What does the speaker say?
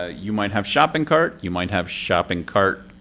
ah you might have shopping cart. you might have shopping cart,